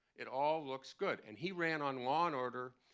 it all looks good. and he ran on law and order.